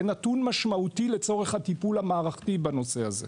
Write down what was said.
זה נתון משמעותי לצורך הטיפול המערכתי בנושא הזה.